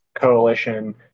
coalition